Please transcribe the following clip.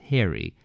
Harry